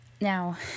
Now